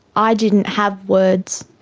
i didn't have words